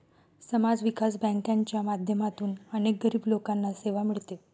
समाज विकास बँकांच्या माध्यमातून अनेक गरीब लोकांना सेवा मिळते